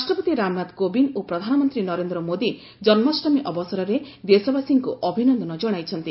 ରାଷ୍ଟପତି ରାମନାଥ କୋବିନ୍ଦ ଓ ପ୍ରଧାନମନ୍ତ୍ରୀ ନରେନ୍ଦ୍ ମୋଦୀ ଜନ୍ମାଷ୍ଟମୀ ଅବସରରେ ଦେଶବାସୀଙ୍କୁ ଅଭିନନ୍ଦନ କଣାଇଛନ୍ତି